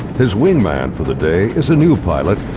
his wingman for the day is a new pilot,